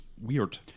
weird